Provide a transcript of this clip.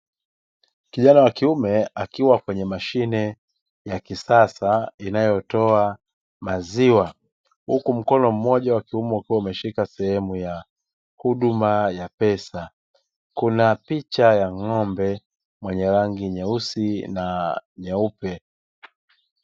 Kijana wa kiume akiwa kwenye mashine ya kisasa inayotoa maziwa, huku mkono mmoja wa kiume ukiwa umeshika ya huduma ya pesa, kuna picha ya ng'ombe mwenye rangi nyeusi na nyeupe.